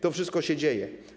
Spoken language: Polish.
To wszystko się dzieje.